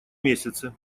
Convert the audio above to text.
месяце